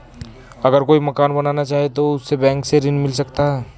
अगर कोई मकान बनाना चाहे तो उसे बैंक से ऋण मिल सकता है?